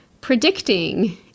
predicting